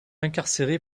incarcéré